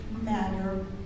matter